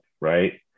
right